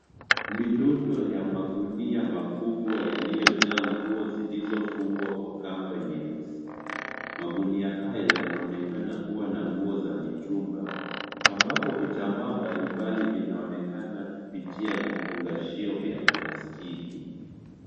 Mirundo ya magunia makubwa yaliyojaa nguo zilizofungwa na kamba nyeusi, magunia hayo yanaonekan kuwa na nguo za mitumba ambapo vitambaa mablimbali vinaonekana kupitia vivungashio vya plasitiki.